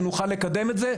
שנוכל לקדם את זה.